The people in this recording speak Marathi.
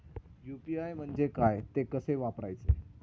यु.पी.आय म्हणजे काय, ते कसे वापरायचे?